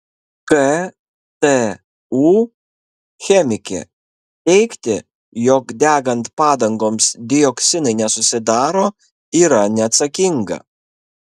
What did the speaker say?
ktu chemikė teigti jog degant padangoms dioksinai nesusidaro yra neatsakinga